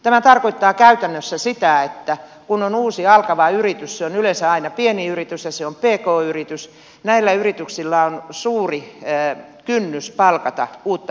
tämä tarkoittaa käytännössä sitä että kun on uusi aloittava yritys se on yleensä aina pieni yritys tai pk yritys näillä yrityksillä on suuri kynnys palkata uutta henkilökuntaa